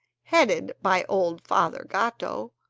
headed by old father gatto,